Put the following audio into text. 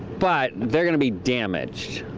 but they're gonna be damaged.